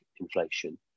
inflation